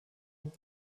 und